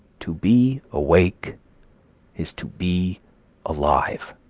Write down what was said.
to be awake is to be alive.